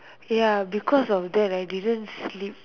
ya because of that I didn't sleep